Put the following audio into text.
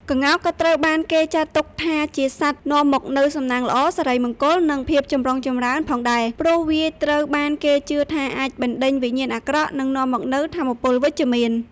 ក្ងោកក៏ត្រូវបានគេចាត់ទុកថាជាសត្វនាំមកនូវ សំណាងល្អ សិរីមង្គល និង ភាពចម្រុងចម្រើន ផងដែរ ព្រោះវាត្រូវបានគេជឿថាអាចបណ្តេញវិញ្ញាណអាក្រក់ និងនាំមកនូវថាមពលវិជ្ជមាន។